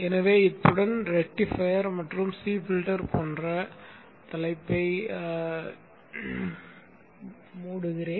எனவே இத்துடன் ரெக்டிஃபையர் மற்றும் சி ஃபில்டர் என்ற தலைப்பை மூடுகிறேன்